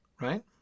right